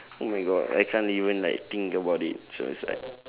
oh my god I can't even like think about it so it's like